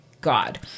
God